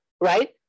right